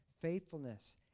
faithfulness